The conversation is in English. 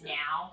now